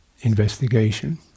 investigation